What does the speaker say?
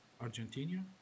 Argentina